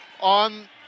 on